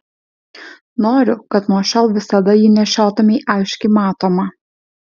noriu kad nuo šiol visada jį nešiotumei aiškiai matomą